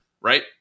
right